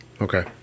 okay